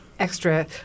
extra